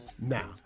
Now